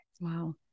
wow